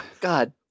God